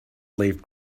leave